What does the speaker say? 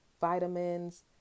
vitamins